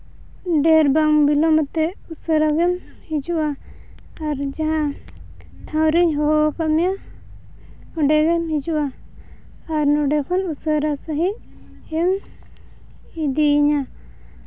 ᱰᱷᱮᱨ ᱵᱟᱝ ᱵᱤᱞᱚᱢ ᱠᱟᱛᱮᱫ ᱩᱥᱟᱹᱨᱟ ᱜᱮ ᱦᱤᱡᱩᱜᱼᱟ ᱟᱨ ᱡᱟᱦᱟᱸ ᱴᱷᱟᱶᱨᱮᱧ ᱦᱚᱦᱚᱣ ᱟᱠᱟᱫ ᱢᱮᱭᱟ ᱚᱸᱰᱮ ᱜᱮᱢ ᱦᱤᱡᱩᱜᱼᱟ ᱟᱨ ᱱᱚᱰᱮ ᱠᱷᱚᱱ ᱩᱥᱟᱹᱨᱟ ᱥᱟᱺᱦᱤᱡ ᱜᱮᱢ ᱤᱫᱤᱭᱤᱧᱟ